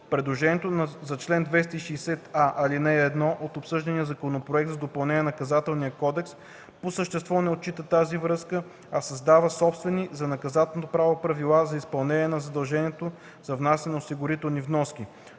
Предложението за чл. 260а, ал. 1 от обсъждания Законопроект за допълнение на Наказателния кодекс по същество не отчита тази връзка, а създава собствени за наказателното право правила за изпълнение на задължението за внасяне на осигурителни вноски.